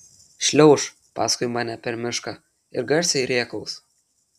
šliauš paskui mane per mišką ir garsiai rėkaus